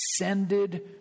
ascended